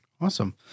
Awesome